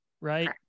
Right